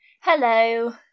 Hello